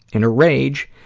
in a rage,